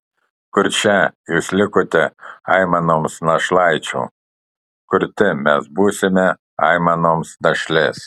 kurčia jūs likote aimanoms našlaičių kurti mes būsime aimanoms našlės